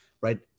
Right